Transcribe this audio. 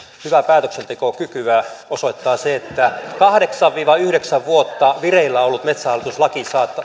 hyvää päätöksentekokykyä osoittaa se että kahdeksan viiva yhdeksän vuotta vireillä ollut metsähallitus laki